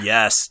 Yes